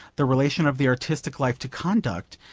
the relation of the artistic life to conduct,